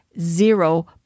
zero